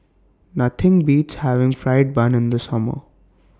Nothing Beats having Fried Bun in The Summer